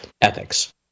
ethics